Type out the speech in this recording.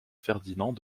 ferdinand